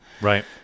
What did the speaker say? Right